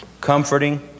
comforting